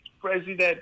president